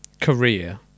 career